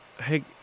Hey